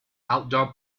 outdoor